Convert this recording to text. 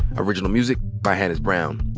original music by hannis brown.